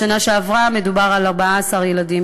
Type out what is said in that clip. בשנה שעברה דובר על 14 ילדים.